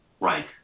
Right